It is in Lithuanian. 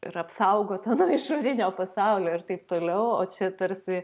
ir apsaugota nuo išorinio pasaulio ir taip toliau o čia tarsi